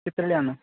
ಕಿತ್ತಳೆ ಹಣ್ಣು